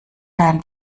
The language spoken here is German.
deinen